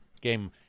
game